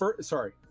Sorry